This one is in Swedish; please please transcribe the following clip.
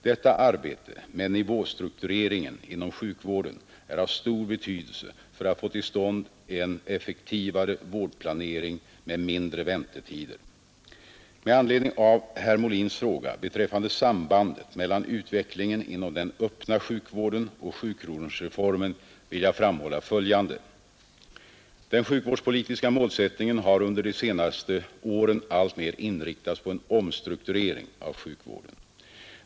Detta arbete med nivåstruktureringen inom sjukvården är av stor betydelse för att få till stand en effektivare vårdplanering med mindre väntetider. Med anledning av herr Molins fråga beträffande sambandet mellan utvecklingen inom den öppna sjukvården och sjukronorsreformen vill jag framhälla följande. Den sjukvårdspolitiska malsättningen har under de senaste åren alltmer inriktats på en omstrukturering av sjukvården.